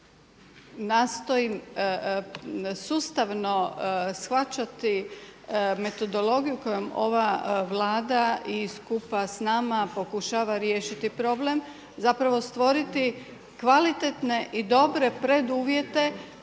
nastojim sustavno shvaćati metodologiju kojom ova Vlada i skupa s nama pokušava riješiti problem, zapravo stvoriti kvalitetne i dobre preduvjete